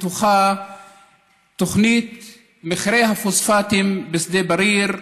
בתוכה תוכנית מכרה הפוספטים בשדה בריר,